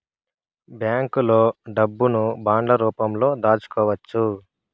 బ్యాంకులో డబ్బును బాండ్ల రూపంలో దాచుకోవచ్చు